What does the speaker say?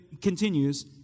continues